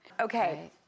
Okay